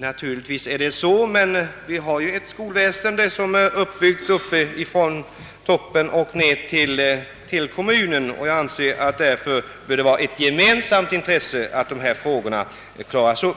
Naturligtvis är denna angelägenhet kommunal, men vi har ett skolväsende som är byggt ifrån toppen och ned till kommunen. Därför anser jag det vara ett gemensamt intresse att dessa frågor klaras upp.